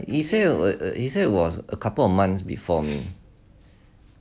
he say he say was a couple months before me